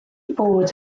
bod